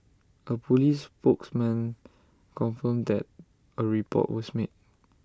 A Police spokesman confirmed that A report was made